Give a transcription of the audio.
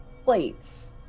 plates